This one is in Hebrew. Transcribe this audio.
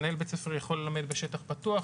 מנהל בית ספר יכול ללמד בשטח פתוח,